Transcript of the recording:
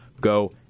go